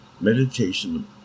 Meditation